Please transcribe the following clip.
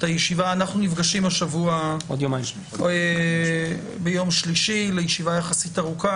אנחנו נפגשים השבוע ביום שלישי לישיבה יחסית ארוכה.